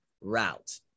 route